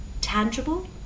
tangible